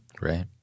Right